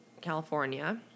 California